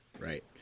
Right